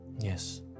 Yes